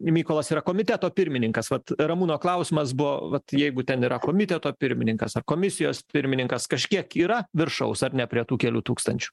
mykolas yra komiteto pirmininkas vat ramūno klausimas buvo vat jeigu ten yra komiteto pirmininkas ar komisijos pirmininkas kažkiek yra viršaus ar ne prie tų kelių tūkstančių